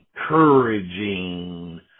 encouraging